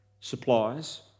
supplies